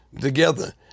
together